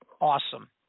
awesome